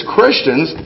Christians